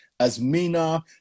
Asmina